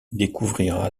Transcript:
découvrira